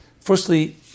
firstly